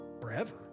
forever